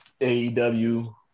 AEW